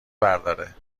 برداره